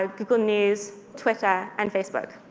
ah google news, twitter, and facebook.